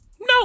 No